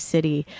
City